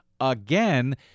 again